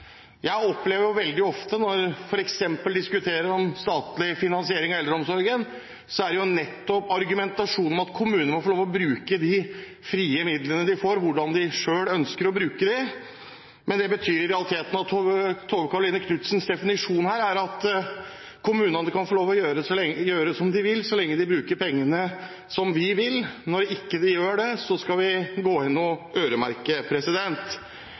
Jeg opplever veldig ofte, f.eks. når vi diskuterer statlig finansiering av eldreomsorgen, at argumentasjonen nettopp er at kommunene må få lov til å bruke de frie midlene de får, slik de selv ønsker å bruke dem. Det betyr i realiteten at Tove Karoline Knutsens definisjon her er at kommunene kan få lov til å gjøre som de vil, så lenge de bruker pengene som vi vil. Når de ikke gjør det, skal vi gå inn og øremerke.